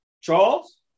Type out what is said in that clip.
Charles